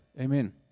Amen